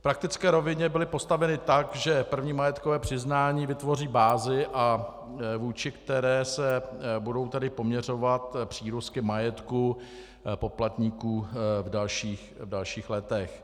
V praktické rovině byly postaveny tak, že první majetkové přiznání vytvoří bázi, vůči které se budou poměřovat přírůstky majetku poplatníků v dalších letech.